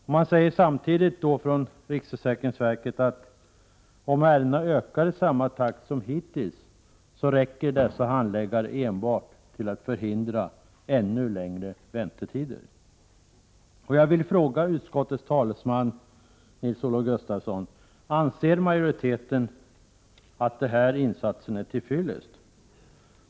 Samtidigt säger man från riksförsäkringsverket att om ärendena ökar i samma takt som hittills, räcker dessa handläggare enbart till att förhindra ännu längre väntetider.